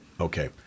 Okay